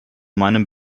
meinem